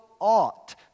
ought